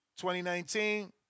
2019